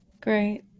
Great